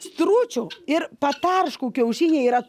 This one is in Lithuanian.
stručių ir patarškų kiaušiniai yra